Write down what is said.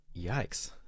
Yikes